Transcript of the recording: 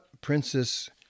Princess